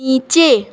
নীচে